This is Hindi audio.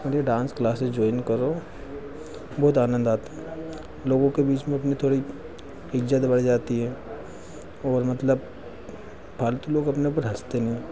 मुझे डांस क्लासेस जॉइन करो बहुत आनंद आता लोगों के बीच में अपनी थोड़ी इज़्ज़त बढ़ जाती है और मतलब फ़ालतू लोग अपने ऊपर हँसते नहीं हैं